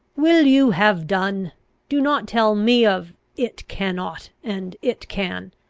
will you have done do not tell me of it cannot, and it can.